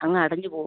അങ്ങ് അടഞ്ഞ് പോവും